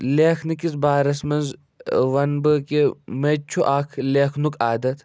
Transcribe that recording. لیکھنہٕ کِس بارَس منٛز وَنہٕ بہٕ کہِ میٚتہِ چھُ اَکھ لیکھنُک عادَت